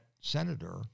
senator